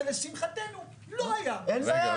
שלשמחתנו לא היה,